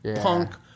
punk